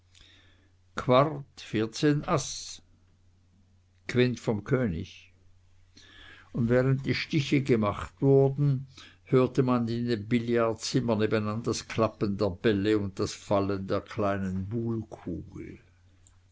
quart vierzehn as quint vom könig und während die stiche gemacht wurden hörte man in dem billardzimmer nebenan das klappen der bälle und das fallen der kleinen